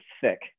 thick